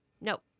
No